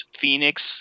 Phoenix